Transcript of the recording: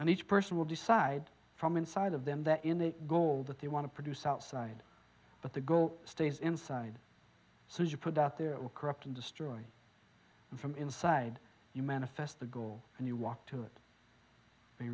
and each person will decide from inside of them that in a goal that they want to produce outside but the goal stays inside so as you put out their corrupt and destroy from inside you manifest the goal and you walk to